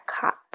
cup